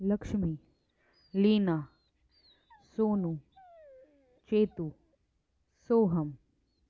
Lakshmi Leena Sonu Jitu Soham